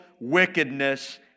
wickedness